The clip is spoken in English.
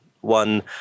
one